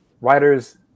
Writers